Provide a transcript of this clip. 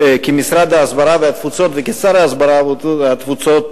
כמשרד ההסברה והתפוצות וכשר ההסברה והתפוצות,